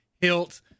hilt